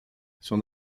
son